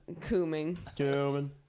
Cooming